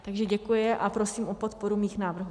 Takže děkuji a prosím o podporu svých návrhů.